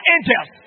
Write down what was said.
Angels